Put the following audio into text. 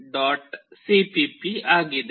cpp ಆಗಿದೆ